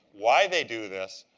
why they do this,